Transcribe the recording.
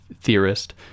theorist